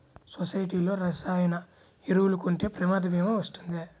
సొసైటీలో రసాయన ఎరువులు కొంటే ప్రమాద భీమా వస్తుందా?